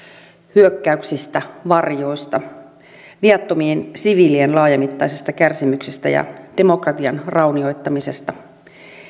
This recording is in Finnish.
hyökkäyksistä varjoista viattomien sivii lien laajamittaisista kärsimyksistä ja demokratian raunioittamisesta